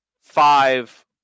five